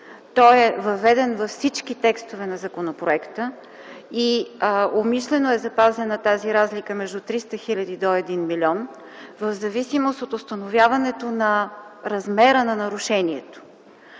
Той е въведен във всички текстове на законопроекта и умишлено е запазена тази разлика между 300 000 до 1 милион в зависимост от установяването на размера на нарушението.